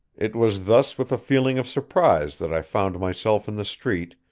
it was thus with a feeling of surprise that i found myself in the street,